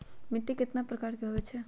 मिट्टी कतना प्रकार के होवैछे?